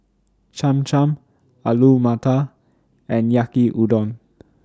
Cham Cham Alu Matar and Yaki Udon